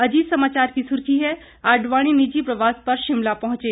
अजीत समाचार की सुर्खी है आडवाणी निजी प्रवास पर शिमला पहुंचे